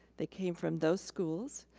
they came from those schools.